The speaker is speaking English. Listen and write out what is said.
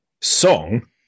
song